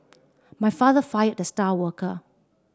my father fired the star worker